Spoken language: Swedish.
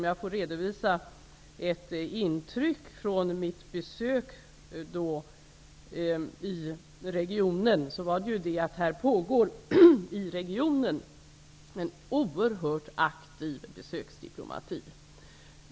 Jag kan redovisa ett intryck från mitt besök i regionen, och det var att här pågår en oerhört aktiv besöksdiplomati.